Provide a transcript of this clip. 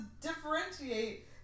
differentiate